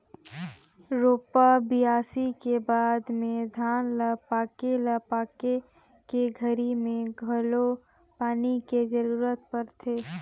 रोपा, बियासी के बाद में धान ल पाके ल पाके के घरी मे घलो पानी के जरूरत परथे